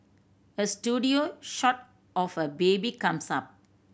a studio shot of a baby comes up